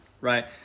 right